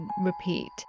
repeat